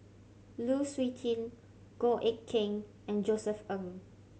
Lu Suitin Goh Eck Kheng and Josef Ng